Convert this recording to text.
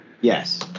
Yes